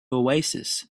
oasis